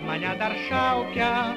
mane dar šaukia